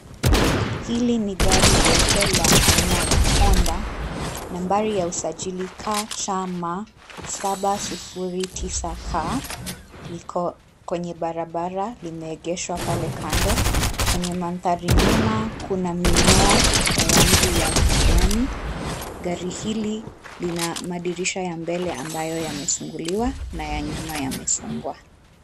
Hili ni gari jeupe la aina ya Honda , nambari ya usajili KCM 709K. Liko kwenye barabara limeegeshwa pale kando. Kwenye mandhari nyuma kuna mimea ya rangi ya kijani. Gari hili lina madirisha ya mbele ambayo yamefunguliwa na ya nyuma yamefungwa.